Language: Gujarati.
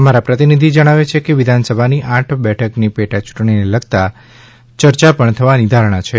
અમારા પ્રતિનિધિ જણાવે છે કે વિધાનસભાની આઠ બેઠકની પેટા યૂંટણીને લગતી ચર્ચા પણ થવાની ધારણા છે